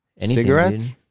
Cigarettes